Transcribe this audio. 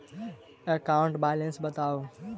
account balance बताउ